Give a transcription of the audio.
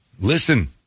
listen